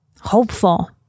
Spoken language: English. hopeful